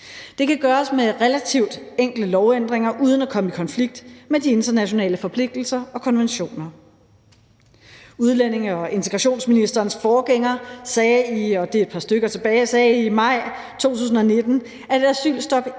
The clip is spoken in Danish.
Det kan gøres med relativt enkle lovændringer uden at komme i konflikt med de internationale forpligtelser og konventioner. Udlændinge- og integrationsministerens forgænger – der har været et